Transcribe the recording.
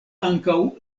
ankaŭ